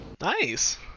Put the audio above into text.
Nice